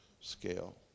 scale